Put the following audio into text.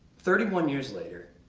thirty-one years later,